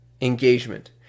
engagement